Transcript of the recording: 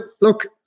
look